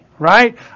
Right